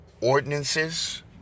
ordinances